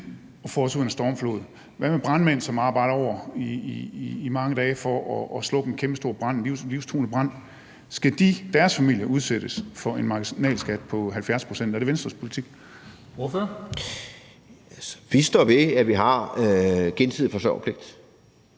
Hvad med brandmænd, som arbejder over i mange dage for at slukke en kæmpestor og livstruende brand? Skal deres familier udsættes for en marginalskat på 70 pct.? Er det Venstres politik? Kl. 17:19 Formanden (Henrik